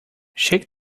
shake